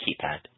keypad